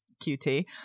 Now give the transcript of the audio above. cutie